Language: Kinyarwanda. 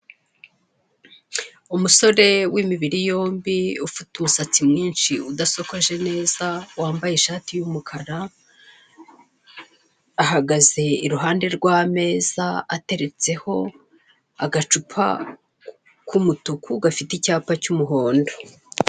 Umusore w'imibiri yombi ufite umusatsi mwinshi udasokoje neza, wambaye ishati y'umukara, ahagaze iruhande rw'ameza, ateretseho agacupa k'umutuku gafite icyapa cy'umuhondo.